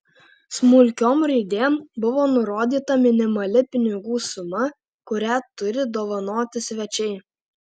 smulkiom raidėm buvo nurodyta minimali pinigų suma kurią turi dovanoti svečiai